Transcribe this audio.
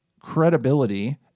credibility